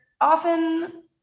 often